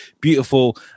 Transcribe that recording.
beautiful